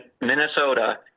Minnesota